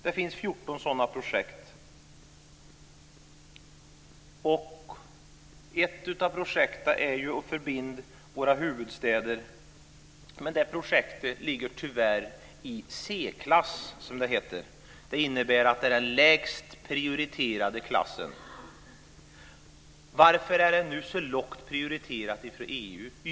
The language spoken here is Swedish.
Det finns 14 sådana projekt, och ett av projekten är att förbinda våra huvudstäder. Men det projektet ligger tyvärr i C-klass, som det heter. Det är den lägst prioriterade klassen. Varför är det så lågt prioriterat av EU?